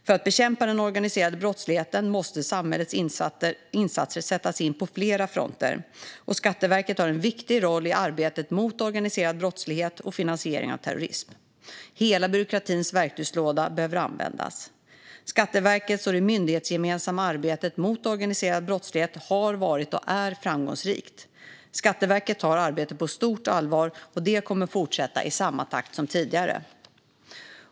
För att bekämpa den organiserade brottsligheten måste samhällets insatser sättas in på flera fronter, och Skatteverket har en viktig roll i arbetet mot organiserad brottslighet och finansiering av terrorism. Hela byråkratins verktygslåda behöver användas. Skatteverkets arbete och det myndighetsgemensamma arbetet mot organiserad brottslighet har varit och är framgångsrikt. Skatteverket tar arbetet på stort allvar, och det kommer att fortsätta i samma takt som tidigare.